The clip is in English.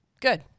good